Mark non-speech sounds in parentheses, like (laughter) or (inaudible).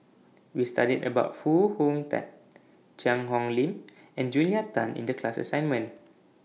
We studied about Foo Hong Tatt Cheang Hong Lim (noise) and Julia (noise) Tan in The class assignment